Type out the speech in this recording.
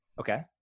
Okay